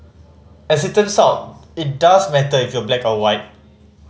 as it turns out it does matter if you're black or white